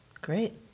Great